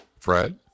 Fred